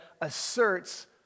asserts